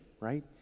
right